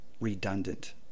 redundant